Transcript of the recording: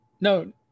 No